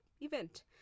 event